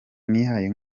nihaye